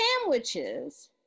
sandwiches